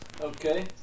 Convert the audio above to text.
Okay